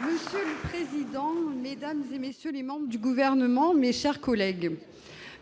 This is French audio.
Monsieur le président, mesdames, messieurs les membres du Gouvernement, mes chers collègues,